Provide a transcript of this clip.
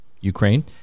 Ukraine